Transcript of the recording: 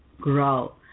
grow